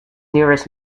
nearest